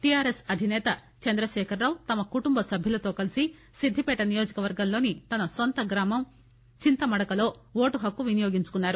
TR S అధినేత చంద్రశేఖర్ రావు తమ కుటంబ సభ్యులతో కలిసి సిద్దిపేట నియోజకవర్గంలోని తన నొంత గ్రామం చింతమడకలో ఓటు హక్కును వినియోగించుకున్నారు